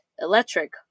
Electric